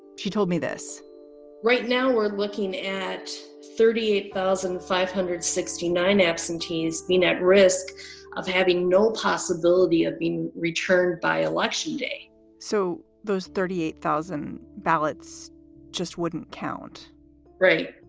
she told me this right now we're looking at thirty eight thousand five hundred sixty nine absentees at risk of having no possibility of being returned by election day so those thirty eight thousand ballots just wouldn't count right.